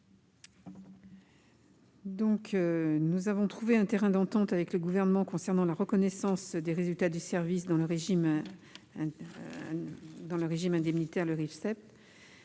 Nous avons trouvé un terrain d'entente avec le Gouvernement concernant la reconnaissance des résultats du service dans le régime indemnitaire tenant